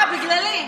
אה, בגללי?